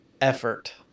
effort